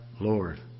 Lord